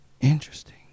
Interesting